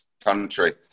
country